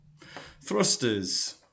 Thrusters